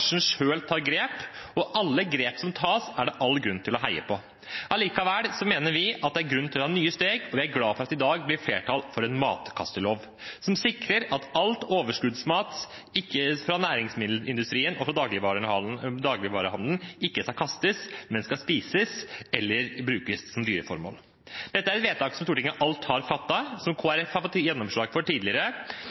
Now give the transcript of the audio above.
grunn til å ta nye steg, og vi er glad for at det i dag blir flertall for en matkastelov, som sikrer at all overskuddsmat fra næringsmiddelindustrien, altså dagligvarehandelen, ikke skal kastes, men spises eller brukes som dyrefôr. Dette er et vedtak som Stortinget alt har fattet, som Kristelig Folkeparti i forrige periode fikk gjennomslag for,